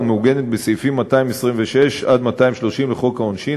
ומעוגנת בסעיפים 226 230 לחוק העונשין.